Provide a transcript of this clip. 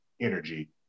energy